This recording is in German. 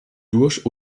durch